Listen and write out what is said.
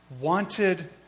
wanted